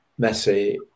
Messi